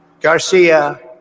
Garcia